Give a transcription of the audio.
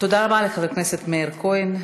תודה רבה לחבר הכנסת מאיר כהן.